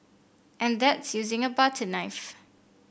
and that's using a butter knife